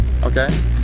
okay